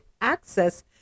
access